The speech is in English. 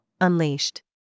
Unleashed